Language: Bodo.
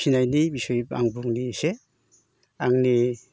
फिनायनि बिसयै आं बुंनो एसे आंनि